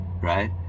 right